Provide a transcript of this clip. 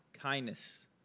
kindness